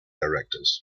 directors